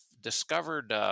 discovered